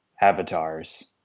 avatars